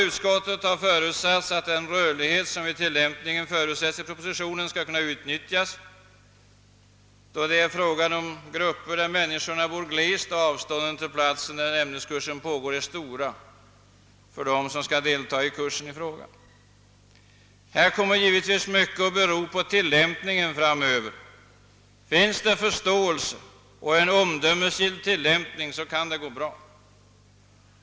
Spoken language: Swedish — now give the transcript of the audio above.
Utskottet utgår från att den rörlighet i tillämpningen som förutsätts i propositionen skall kunna utnyttjas då det är fråga om områden där människorna bor glest och avstånden till platsen där ämneskursen pågår är stora för dem som skall delta i kursen i fråga. Här kommer givetvis mycket att bero på tilllämpningen framöver. Finns det förståelse och en omdömesgill tillämpning, så kan det gå bra.